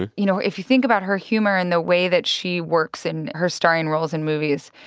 and you know, if you think about her humor and the way that she works in her starring roles in movies,